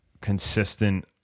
consistent